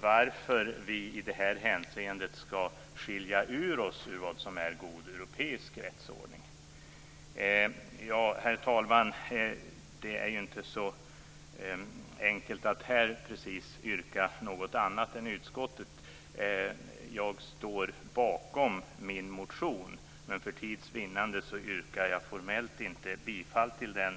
varför vi i det här hänseendet skall skilja ut oss från vad som är god europeisk rättsordning. Herr talman! Det är inte så enkelt att i det här ärendet komma med något annat yrkande än det utskottet för fram. Jag står bakom min motion, men för tids vinnande yrkar jag formellt inte bifall till den.